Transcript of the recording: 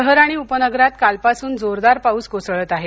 शहर आणि उपनगरात कालपासून जोरदार पाऊस कोसळत आहे